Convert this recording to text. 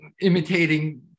imitating